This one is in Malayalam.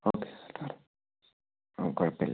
ഓക്കെ ഡോക്ടർ കുഴപ്പമില്ല